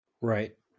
Right